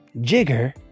jigger